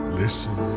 listen